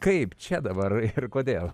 kaip čia dabar ir kodėl